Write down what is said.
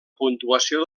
puntuació